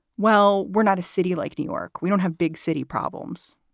well, we're not a city like new york. we don't have big city problems.